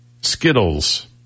Skittles